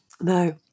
No